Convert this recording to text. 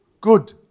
good